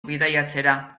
bidaiatzera